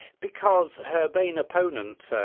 because her main opponent,